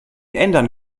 ändern